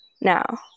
now